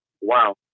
wow